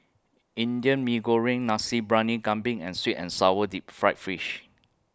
Indian Mee Goreng Nasi Briyani Kambing and Sweet and Sour Deep Fried Fish